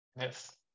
Yes